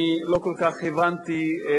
רבותי השרים וחברי הכנסת,